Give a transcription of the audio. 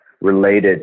related